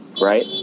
right